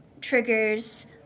triggers